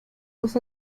dos